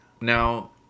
now